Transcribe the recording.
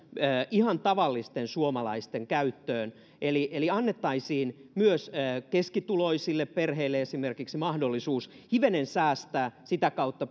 ihan tavallisten suomalaisten käyttöön eli eli annettaisiin myös esimerkiksi keskituloisille perheille mahdollisuus hivenen säästää sitä kautta